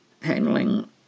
handling